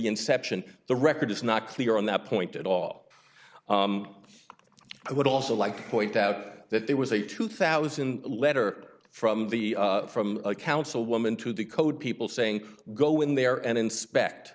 inception the record is not clear on that point at all i would also like to point out that there was a two thousand letter from the from a councilwoman to the code people saying go in there and inspect